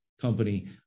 company